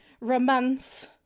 romance